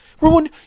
ruin